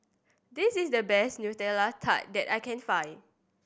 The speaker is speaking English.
this is the best Nutella Tart that I can find